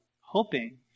hoping